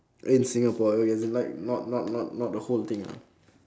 in Singapore okay so like not not not not the whole thing ah